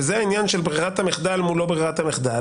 וזה העניין של ברירת המחדל מול לא ברירת המחדל,